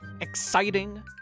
exciting